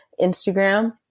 Instagram